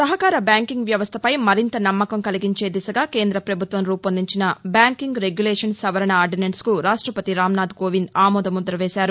సహకార బ్యాంకింగ్ వ్యవస్లపై మరింత నమ్మకం కలిగించేదిశగా కేంద ప్రభుత్వం రూపొందించిన బ్యాంకింగ్ రెగ్యులేషన్ సవరణ ఆర్దినెన్స్కు రాష్టపతి రామ్నాథ్ కోవింద్ ఆమోద మ్ముద్ద వేశారు